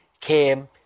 came